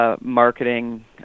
Marketing